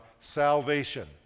salvation